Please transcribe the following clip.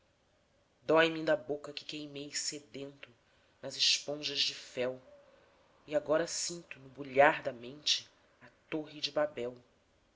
inda a boca que queimei sedento nas esponjas de fel e agora sinto no bulhar da mente a torre de babel